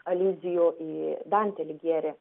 aliuzijų į dantę aligjerį